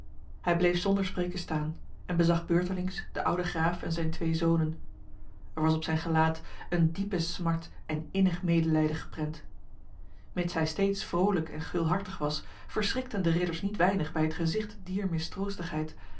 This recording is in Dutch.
hij bleef zonder spreken staan en bezag beurtelings de oude graaf en zijn twee zonen er was op zijn gelaat een diepe smart en innig medelijden geprent mits hij steeds vrolijk en gulhartig was verschrikten de ridders niet weinig bij het gezicht dier